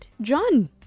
John